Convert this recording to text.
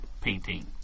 painting